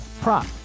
prop